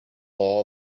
law